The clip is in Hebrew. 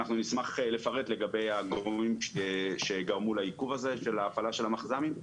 נשמח לפרט לגבי הגורמים שגרמו לעיכוב הזה של ההפעלה של המכז"מים.